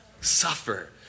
suffer